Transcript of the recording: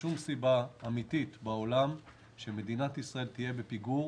אין שום סיבה אמיתית בעולם שמדינת ישראל תהיה בפיגור,